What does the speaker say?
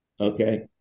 okay